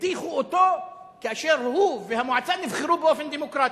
הדיחו אותו כאשר הוא והמועצה נבחרו באופן דמוקרטי.